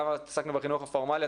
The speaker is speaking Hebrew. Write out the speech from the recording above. כמה עסקנו בחינוך הפורמלי,